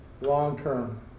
long-term